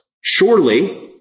Surely